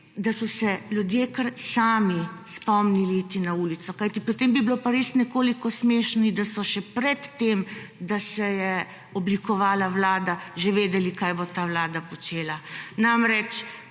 da so se ljudje kar sami spomnili iti na ulico, kajti potem bi bilo pa res nekoliko smešno, da so še pred tem, da se je oblikovala vlada, že vedeli, kaj bo ta vlada počela. Namreč